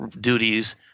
duties